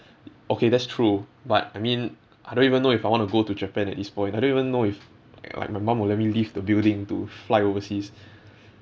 okay that's true but I mean I don't even know if I want to go to japan at this point I don't even know if like my mum will let me leave the building to fly overseas